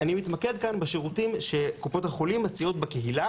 אני מתמקד כאן בשירותים שקופות החולים מציעות בקהילה